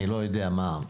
אני לא יודע כמה,